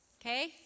Okay